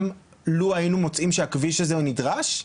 גם לו היינו מוצאים שהכביש הזה הוא נדרש?